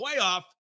playoff